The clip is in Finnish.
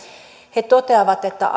he toteavat että